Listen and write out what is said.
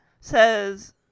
says